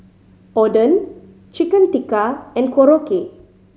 Oden Chicken Tikka and Korokke